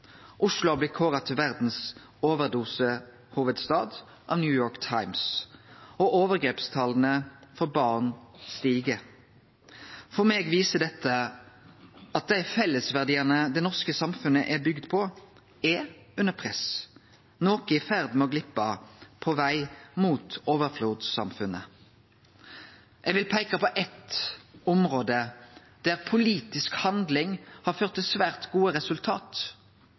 Oslo har blitt kåra til verdas overdosehovudstad av The New York Times, og overgrepstala for barn stig. For meg viser dette at dei fellesverdiane det norske samfunnet er bygt på, er under press. Noko er i ferd med å gleppe på vegen mot overflodssamfunnet. Eg vil peike på eitt område der politisk handling har ført til svært gode resultat.